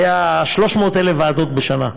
היו 300,000 ועדות בשנה.